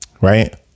right